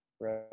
Right